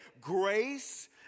grace